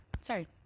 Sorry